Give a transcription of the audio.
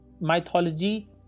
mythology